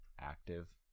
active